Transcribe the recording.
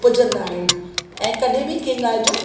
उपजंदा आहिनि ऐं कॾहिं बि कंहिं ॻाल्हि जो